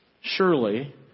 surely